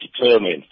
determined